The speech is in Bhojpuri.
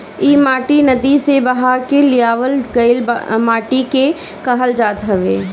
इ माटी नदी से बहा के लियावल गइल माटी के कहल जात हवे